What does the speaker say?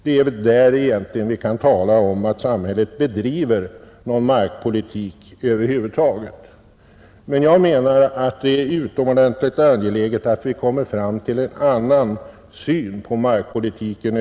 Det är egentligen där vi kan tala om att samhället bedriver någon markpolitik över huvud taget. Men jag anser att det är utomordentligt angeläget att vi kommer fram till en annan syn på markpolitiken.